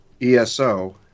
ESO